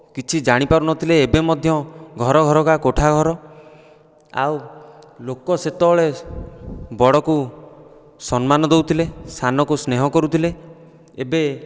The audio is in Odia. କିଛି ଜାଣି ପାରୁନଥିଲେ ଏବେ ମଧ୍ୟ ଘର ଘରକା କୋଠାଘର ଆଉ ଲୋକ ସେତେବେଳେ ବଡ଼କୁ ସମ୍ମାନ ଦଉଥିଲେ ସାନକୁ ସ୍ନେହ କରୁଥିଲେ ଏବେ